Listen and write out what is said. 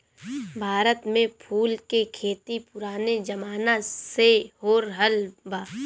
भारत में फूल के खेती पुराने जमाना से होरहल बा